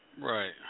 Right